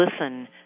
listen